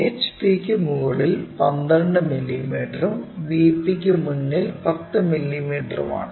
A HPക്ക് മുകളിൽ 12 മില്ലീമീറ്ററും VP ക്ക് മുന്നിൽ 10 മില്ലീമീറ്ററുമാണ്